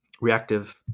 reactive